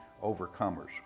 overcomers